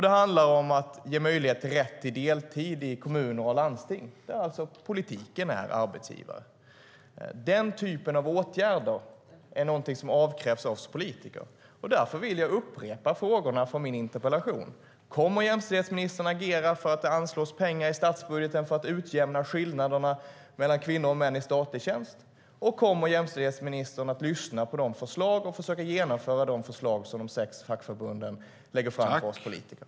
Det handlar vidare om att ge rätt till heltid med möjlighet till deltid i kommuner och landsting. Politiken är arbetsgivare. Den typen av åtgärder är något som avkrävs oss politiker. Därför vill jag upprepa frågorna från min interpellation: Kommer jämställdhetsministern att agera för att det anslås pengar i statsbudgeten för att utjämna skillnaderna mellan kvinnor och män i statlig tjänst? Och kommer jämställdhetsministern att lyssna på och försöka genomföra de förslag som de sex fackförbunden lägger fram för oss politiker?